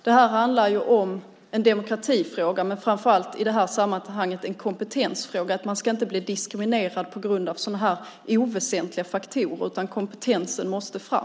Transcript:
Det här handlar om en demokratifråga men framför allt i det här sammanhanget en kompetensfråga. Man ska inte bli diskriminerad på grund av sådana här oväsentliga faktorer, utan kompetensen måste fram.